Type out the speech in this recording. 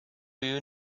you